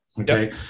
Okay